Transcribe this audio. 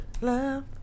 Love